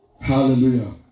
Hallelujah